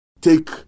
take